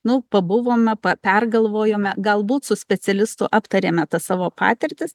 nu pabuvome pa pergalvojome galbūt su specialistu aptarėme tas savo patirtis